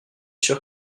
sûr